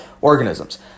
organisms